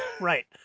Right